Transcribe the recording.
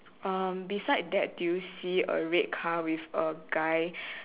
um beside that do you see a red car with a guy